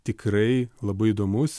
tikrai labai įdomus